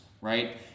right